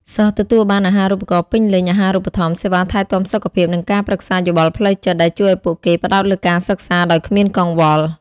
សិស្សទទួលបាន អាហារូបករណ៍ពេញលេញ អាហារូបត្ថម្ភ សេវាថែទាំសុខភាព និងការប្រឹក្សាយោបល់ផ្លូវចិត្ត ដែលជួយឱ្យពួកគេផ្តោតលើការសិក្សាដោយគ្មានកង្វល់។